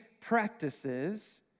practices